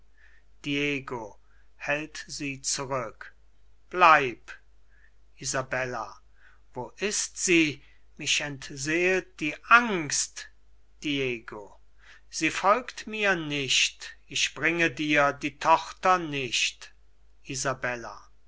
hält sie zurück bleib isabella wo ist sie mich entseelt die angst diego sie folgt mir nicht ich bringe dir die tochter nicht